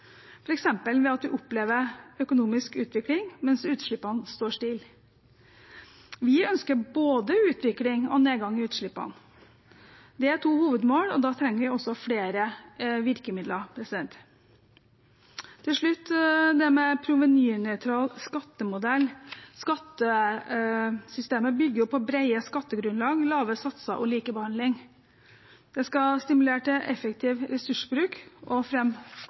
ved at vi opplever økonomisk utvikling mens utslippene står stille. Vi ønsker både utvikling og nedgang i utslippene. Det er to hovedmål, og da trenger vi også flere virkemidler. Til slutt det med provenynøytral skattemodell. Skattesystemet bygger på brede skattegrunnlag, lave satser og likebehandling. Det skal stimulere til effektiv ressursbruk og